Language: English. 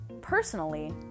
personally